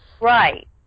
right